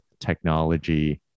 technology